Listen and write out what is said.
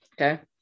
okay